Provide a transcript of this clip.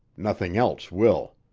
nothing else will.